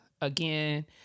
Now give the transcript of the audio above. Again